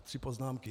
Tři poznámky.